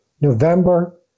November